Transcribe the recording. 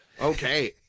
Okay